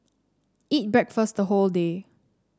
eat breakfast the whole day